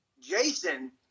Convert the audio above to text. Jason